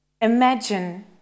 Imagine